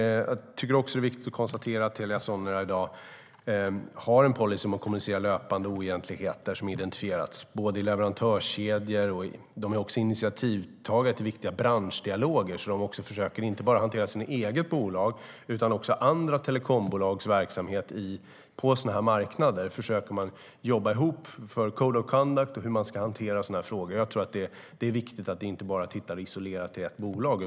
Det är också viktigt att konstatera att Telia Sonera i dag har som policy att löpande kommunicera oegentligheter som identifieras i leverantörskedjor. De är även initiativtagare till viktiga branschdialoger. De försöker alltså inte bara hantera sitt eget bolag utan också andra telekombolags verksamhet på sådana marknader. Man försöker att jobba ihop om code of conduct och hur sådana frågor ska hanteras. Det är viktigt att inte bara titta isolerat på ett bolag.